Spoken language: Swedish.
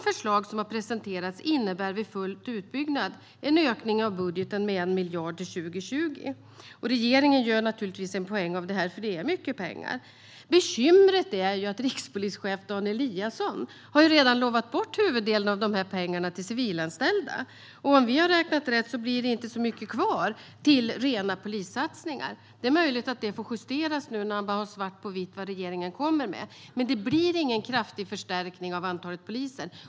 De förslag som har presenterats innebär vid full utbyggnad en ökning av budgeten med 1 miljard till 2020. Regeringen gör naturligtvis en poäng av det här, för det är mycket pengar. Bekymret är att rikspolischef Dan Eliasson redan har lovat bort huvuddelen av de här pengarna till civilanställda. Om vi har räknat rätt blir det inte så mycket kvar till rena polissatsningar. Det är möjligt att det får justeras nu när man har svart på vitt vad regeringen kommer med, men det blir ingen kraftig förstärkning av antalet poliser.